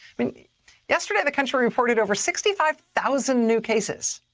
i mean yesterday the country reported over sixty five thousand new cases,